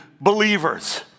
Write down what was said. believers